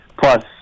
Plus